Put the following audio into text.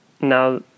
now